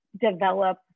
develop